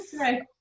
Right